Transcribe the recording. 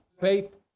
faith